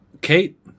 Kate